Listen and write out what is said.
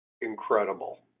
incredible